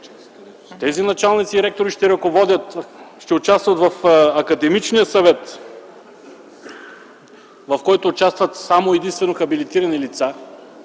Тези началници и ректори ще участват в академичния съвет, в който участват само и единствено хабилитирани лица